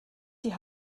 die